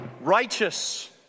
righteous